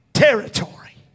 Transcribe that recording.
territory